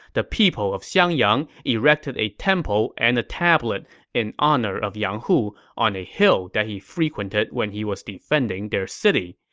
the people of xiangyang erected a temple and a tablet in honor of yang hu on a hill that he frequented when he was defending their city.